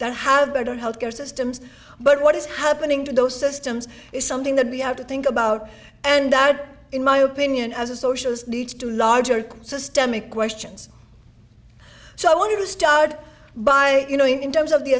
that have better health care systems but what is happening to those systems is something that we have to think about and that in my opinion as a socialist needs to larger systemic questions so i want to start by you know in terms of the